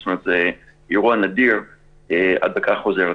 זאת אומרת, זה אירוע נדיר הדבקה חוזרת.